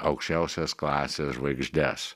aukščiausios klasės žvaigždes